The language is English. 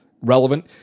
relevant